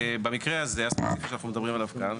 במקרה הזה הספציפי שאנחנו מדברים עליו כאן,